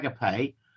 Agape